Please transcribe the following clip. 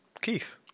Keith